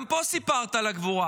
גם פה סיפרת על הגבורה.